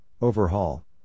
overhaul